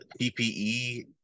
TPE